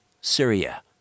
Syria